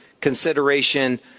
consideration